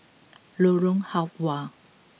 Lorong Halwa